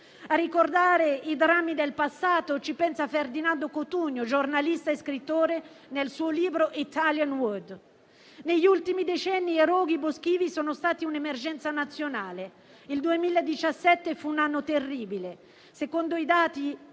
A ricordare i drammi del passato ci pensa Ferdinando Cotugno, giornalista e scrittore, nel suo libro «Italian woood». Negli ultimi decenni, i roghi boschivi sono stati un'emergenza nazionale. Il 2017 fu un anno terribile: secondo i dati